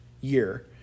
year